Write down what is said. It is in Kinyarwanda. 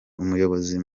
umuyobozi